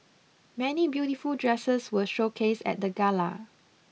many beautiful dresses were showcased at the gala